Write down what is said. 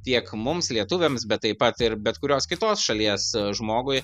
tiek mums lietuviams bet taip pat ir bet kurios kitos šalies žmogui